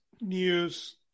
news